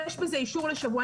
יש בזה אישור לשבוע.